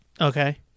Okay